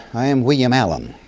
i am william allen.